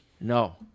No